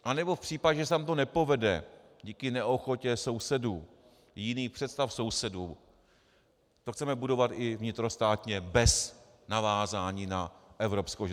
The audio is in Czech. Anebo v případě, že se nám to nepovede díky neochotě sousedů, jiných představ sousedů, to chceme budovat i vnitrostátně bez navázání na evropskou železnici?